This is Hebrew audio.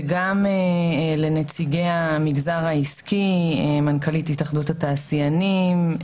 וגם לנציגי המגזר העסקי: מנכ"לית התאחדות התעשיינים.